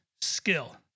skill